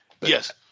Yes